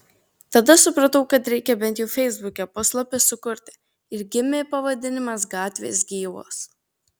tada supratau kad reikia bent jau feisbuke puslapį sukurti ir gimė pavadinimas gatvės gyvos